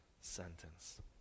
sentence